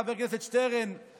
חבר הכנסת שטרן,